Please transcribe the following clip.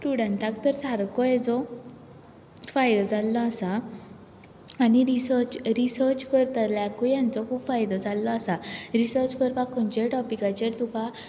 स्टूडंटाक तर सारको हेजो फायदो जाल्लो आसा आनी रिसर्च रिसर्च करतल्याकय खूब फायदो जाल्लो आसा रिसर्च करपाक खंयच्याय टोपीकाचेर तुका